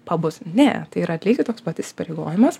pabus ne tai yra lygiai toks pat įsipareigojimas